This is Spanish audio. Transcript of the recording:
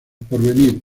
porvenir